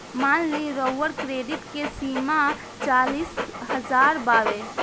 मान ली राउर क्रेडीट के सीमा चालीस हज़ार बावे